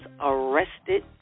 arrested